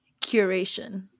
curation